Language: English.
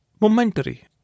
momentary